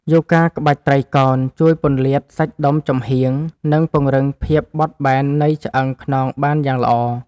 យូហ្គាក្បាច់ត្រីកោណ ជួយពន្លាតសាច់ដុំចំហៀង និងពង្រឹងភាពបត់បែននៃឆ្អឹងខ្នងបានយ៉ាងល្អ។